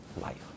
life